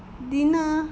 dinner